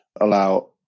allow